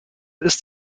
ist